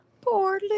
poor